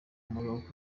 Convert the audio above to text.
maroc